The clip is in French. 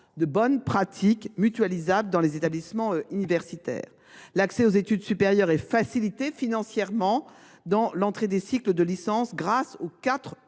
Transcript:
de bonnes pratiques mutualisables dans les établissements universitaires. L’accès aux études supérieures est facilité financièrement dès l’entrée en cycle de licence grâce aux quatre